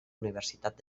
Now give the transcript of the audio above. universitat